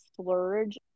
splurge